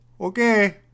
Okay